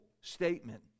statement